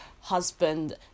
husband